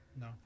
No